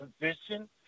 position